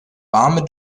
warme